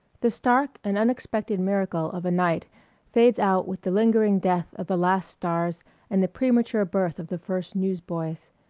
the stark and unexpected miracle of a night fades out with the lingering death of the last stars and the premature birth of the first newsboys.